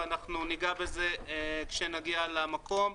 וניגע בזה כשנגיע למקום.